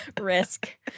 risk